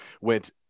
went